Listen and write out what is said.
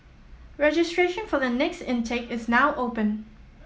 registration for the next intake is now open